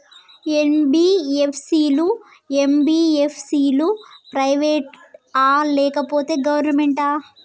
NBFC లు, MBFC లు private ఆ లేకపోతే గవర్నమెంటా?